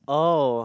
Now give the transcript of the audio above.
oh